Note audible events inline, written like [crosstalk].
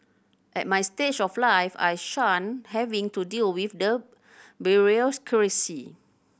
at my stage of life I shun having to deal with the [unintelligible]